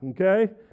Okay